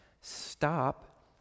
stop